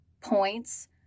points